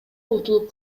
утулуп